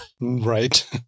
Right